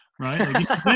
Right